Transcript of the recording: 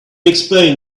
explain